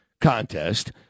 contest